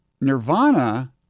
nirvana